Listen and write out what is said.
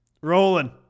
rolling